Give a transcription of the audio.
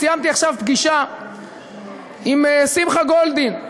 סיימתי עכשיו פגישה עם שמחה גולדין,